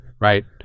right